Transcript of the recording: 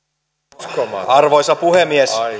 arvoisa arvoisa puhemies